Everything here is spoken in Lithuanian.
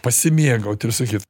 pasimėgaut ir sakyt